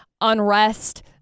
unrest